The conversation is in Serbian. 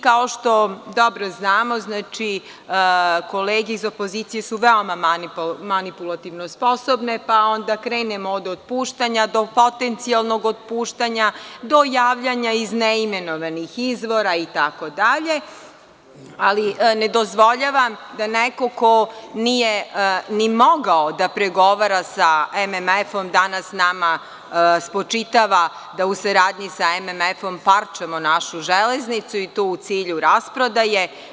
Kao što dobro znamo, kolege iz opozicije su veoma manipulativno sposobne, pa onda krenemo od otpuštanja do potencijalnog otpuštanja, do javljanja iz neimenovanih izvora itd, ali ne dozvoljavam da neko ko nije ni mogao da pregovara sa MMF-om danas nama spočitava da u saradnji sa MMF-om parčamo našu železnicu i to u cilju rasprodaje.